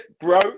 Bro